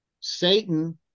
satan